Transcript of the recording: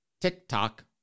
TikTok